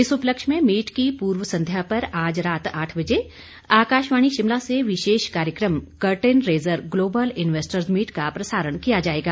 इस उपलक्ष्य में मीट की पूर्व संध्या पर आज रात आठ बजे आकाशवाणी शिमला से विशेष कार्यक्रम curtain raiser global investors meet का प्रसारण किया जाएगा